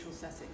setting